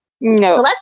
No